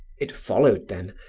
it followed, then,